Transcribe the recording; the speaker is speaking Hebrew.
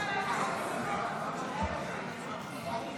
השר מלכיאלי,